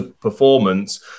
performance